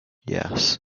yes